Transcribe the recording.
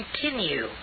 continue